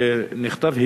נכתב,